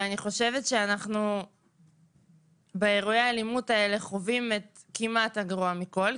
ואני חושבת שאנחנו באירועי האלימות האלה חווים כמעט את הגרוע מכול,